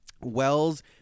Wells